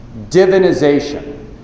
Divinization